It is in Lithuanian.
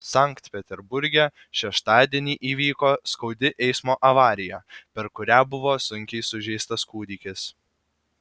sankt peterburge šeštadienį įvyko skaudi eismo avarija per kurią buvo sunkiai sužeistas kūdikis